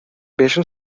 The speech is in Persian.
بهشون